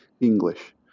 English